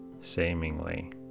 seemingly